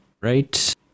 right